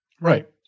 Right